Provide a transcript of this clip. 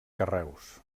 carreus